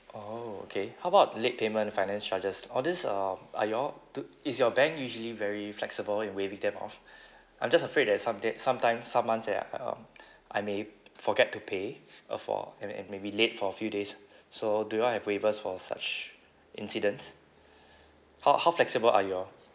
oh okay how about late payment finance charges all these um are you all to is your bank usually very flexible in waiving them off I'm just afraid that some date sometime some months a uh um I may forget to pay uh for and and maybe late for a few days so do you all have waivers for such incidents how how flexible are you all